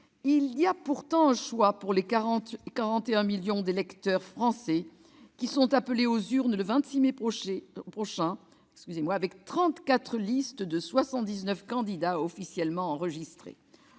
Il y a pourtant du choix pour les 41 millions d'électeurs français qui sont appelés aux urnes le 26 mai prochain avec 34 listes de 79 candidats officiellement enregistrées.